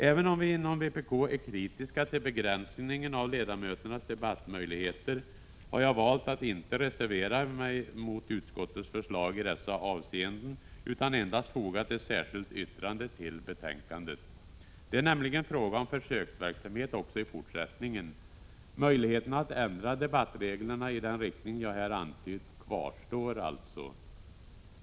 Även om vi inom vpk är kritiska till begränsningen av ledamöternas debattmöjligheter, har jag valt att inte reservera mig mot utskottets förslag i dessa avseenden utan endast fogat ett särskilt yttrande till betänkandet. Det är nämligen fråga om försöksverksamhet också i fortsättningen. Möjligheterna att ändra debattreglerna i den riktning jag här antytt kvarstår allstå.